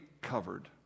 covered